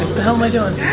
the hell am i doin'?